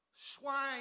swine